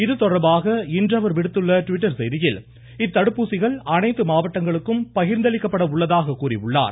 இதுதொடர்பாக அவர் விடுத்துள்ள ட்விட்டர் செய்தியில் இத்தடுப்பூசிகள் அனைத்து மாவட்டங்களுக்கும் பகிர்ந்தளிக்கப்பட உள்ளதாக கூறியுள்ளார்